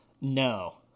No